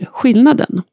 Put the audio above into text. skillnaden